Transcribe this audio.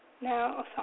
now